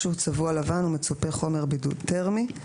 או שהוא צבוע לבן ומצופה חומר בידוד תרמי.